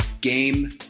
Game